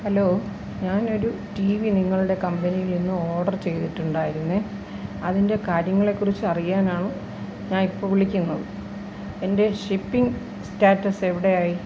hello ഞാൻ ഒരു T V നിങ്ങളുടെ കമ്പനിയിൽ നിന്ന് ഓർഡർ ചെയ്തിട്ടുണ്ടായിരുന്നു അതിൻ്റെ കാര്യങ്ങളെക്കുറിച്ച് അറിയാനാണ് ഞാൻ ഇപ്പോൾ വിളിക്കുന്നത് എൻ്റെ ഷിപ്പിങ് സ്റ്റാറ്റസ് എവിടെയായി